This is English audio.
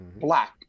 Black